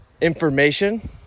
information